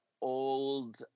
old